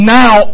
now